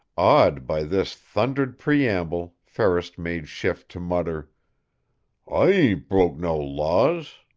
awed by this thundered preamble, ferris made shift to mutter i ain't broke no laws.